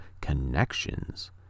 Connections